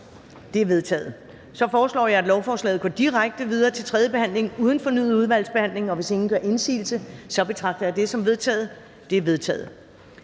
Det er vedtaget. Så foreslår jeg, at lovforslaget går direkte til tredje behandling uden fornyet udvalgsbehandling. Hvis ingen gør indsigelse, betragter jeg det som vedtaget. Det er vedtaget.